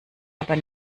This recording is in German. aber